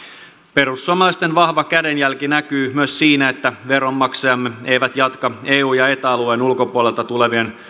perussuomalaisten vahva kädenjälki näkyy myös siinä että veronmaksajamme eivät jatka eu ja eta alueen ulkopuolelta tulevien